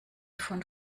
von